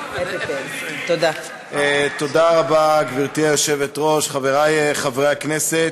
גברתי היושבת-ראש, תודה רבה, חברי חברי הכנסת,